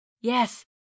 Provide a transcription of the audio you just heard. Yes